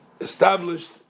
established